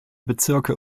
bezirke